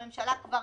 הממשלה כבר